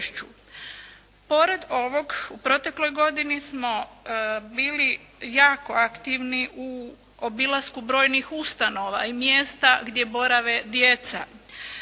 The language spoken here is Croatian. Pored ovog, u protekloj godini smo bili jako aktivni u obilasku brojnih ustanova i mjesta gdje borave djeca.